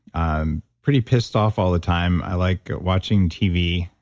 um pretty pissed off all the time. i like watching tv.